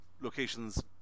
locations